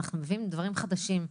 אנחנו מביאים דברים חדשים,